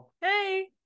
hey